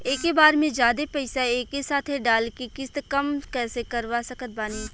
एके बार मे जादे पईसा एके साथे डाल के किश्त कम कैसे करवा सकत बानी?